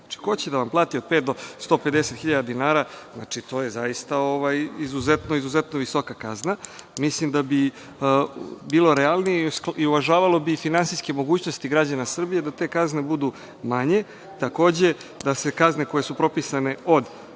Znači, ko će da vam plati od pet do 150 hiljada dinara? to je zaista izuzetno visoka kazna. Mislim da bi bilo realnije i uvažavalo bi i finansijske mogućnosti građana Srbije da te kazne budu manje. Takođe, da se kazne koje su propisane od